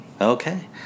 okay